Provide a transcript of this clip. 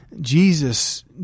Jesus